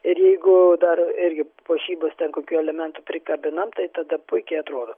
ir jeigu dar irgi puošybos ten kokių elementų prikabinam tai tada puikiai atrodo